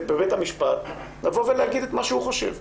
בבית המשפט לבוא ולהגיד את מה שהוא חושב.